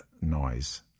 noise